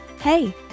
Hey